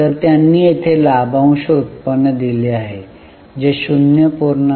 तर त्यांनी येथे लाभांश उत्पन्न दिले आहे जे 0